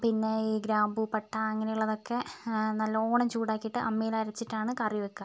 പിന്നെ ഈ ഗ്രാമ്പൂ പട്ട അങ്ങനെയുള്ളതൊക്കെ നല്ലവണ്ണം ചൂടാക്കിയിട്ട് അമ്മിയിലരച്ചിട്ടാണ് കറി വെക്കുക